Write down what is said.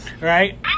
right